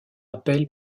appel